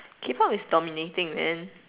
K pop is dominating man